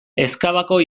ezkabako